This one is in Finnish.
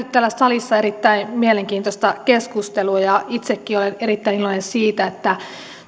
täällä salissa erittäin mielenkiintoista keskustelua ja itsekin olen erittäin iloinen siitä että